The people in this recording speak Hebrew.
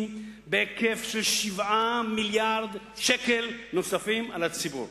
בהיקף של 7 מיליארדי שקל נוספים על הציבור.